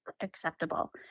acceptable